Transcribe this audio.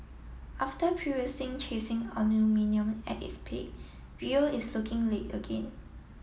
after previous chasing aluminium at its peak Rio is looking late again